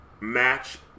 match